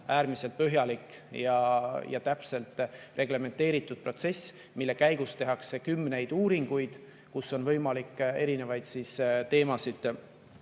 äärmiselt põhjalik ja täpselt reglementeeritud protsess, mille käigus tehakse kümneid uuringuid, mille käigus on võimalik erinevaid teemasid